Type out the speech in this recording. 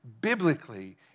biblically